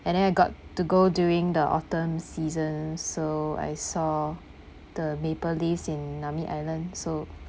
and then I got to go during the autumn season so I saw the maple leaves in nami island so